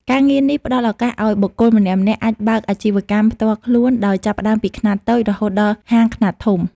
ការងារនេះផ្តល់ឱកាសឱ្យបុគ្គលម្នាក់ៗអាចបើកអាជីវកម្មផ្ទាល់ខ្លួនដោយចាប់ផ្តើមពីខ្នាតតូច រហូតដល់ហាងខ្នាតធំ។